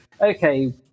okay